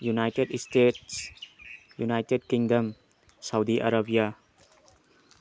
United States United Kingdom Saudi Arabia